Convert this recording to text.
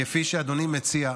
כפי שאדוני מציע,